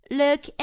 look